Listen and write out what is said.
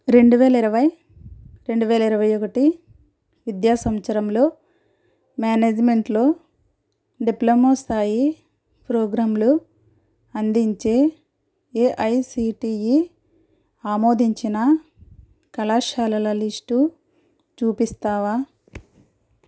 రెండు వేల ఇరవై రెండు వేల ఇరవై ఒకటి విద్యా సంవత్సరంలో మేనేజ్మెంట్లో డిప్లొమా స్థాయి ప్రోగ్రాంలు అందించే ఏఐసిటిఈ ఆమోదించిన కళాశాలల లిస్టు చూపిస్తావా